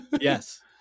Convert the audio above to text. Yes